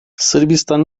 sırbistan